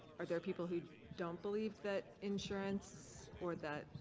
are there people who don't believe that insurance or that,